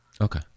Okay